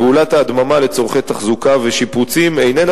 פעולת ההדממה לצורכי תחזוקה ושיפוצים איננה